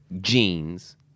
genes